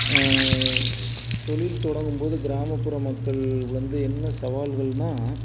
தொழில் தொடங்கும்போது கிராமப்புற மக்கள் வந்து என்ன சவால்கள்ன்னா